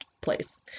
place